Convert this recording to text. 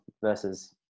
versus